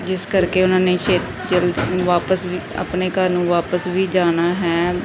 ਜਿਸ ਕਰਕੇ ਉਹਨਾਂ ਨੇ ਛੇਤ ਜਲਦ ਵਾਪਿਸ ਵੀ ਆਪਣੇ ਘਰ ਨੂੰ ਵਾਪਿਸ ਵੀ ਜਾਣਾ ਹੈ